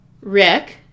Rick